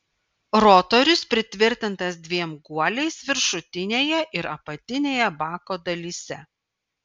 rotorius pritvirtintas dviem guoliais viršutinėje ir apatinėje bako dalyse